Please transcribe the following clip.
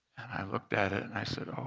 i looked at it and i said, oh,